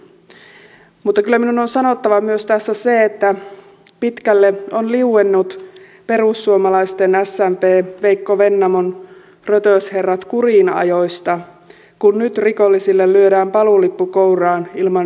mutta kyllä minun on sanottava tässä myös se että pitkälle on liuennut smpn veikko vennamon rötösherrat kuriin ajoista kun nyt rikollisille lyödään paluulippu kouraan ilman seuraamuksia